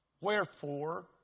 Wherefore